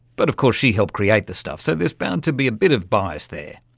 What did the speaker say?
but of course she helped create the stuff so there's bound to be a bit of bias there.